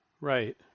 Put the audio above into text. right